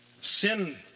Sin